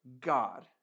God